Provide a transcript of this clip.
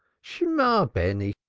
shemah, beni!